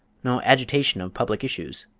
no agitation of public issues.